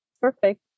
Perfect